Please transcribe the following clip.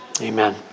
amen